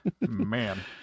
man